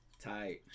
Tight